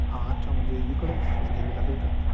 हा अच्छा म्हणजे इकडंच घ्यावी लागेल का